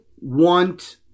want